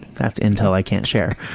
that's intel i can't share.